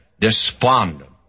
despondent